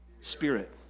Spirit